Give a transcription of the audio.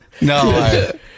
No